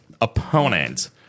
Opponent